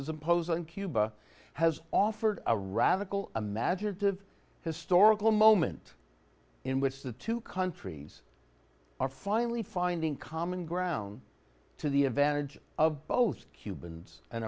has imposed on cuba has offered a radical imaginative historical moment in which the two countries are finally finding common ground to the advantage of both cubans and